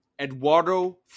Eduardo